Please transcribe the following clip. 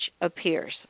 appears